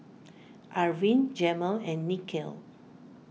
Arvin Jamel and Nichelle